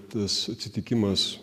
tas atsitikimas